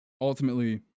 ultimately